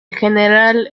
general